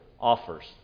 offers